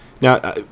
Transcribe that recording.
Now